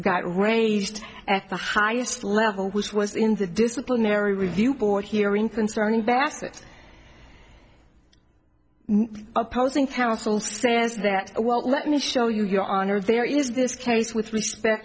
got raised at the highest level which was in the disciplinary review board hearing concerning basterds opposing counsel say is that well let me show you your honor there is this case with respect